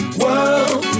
world